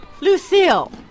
Lucille